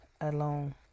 alone